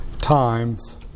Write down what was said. times